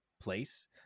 place